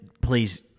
Please